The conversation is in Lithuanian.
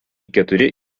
keturi